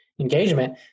engagement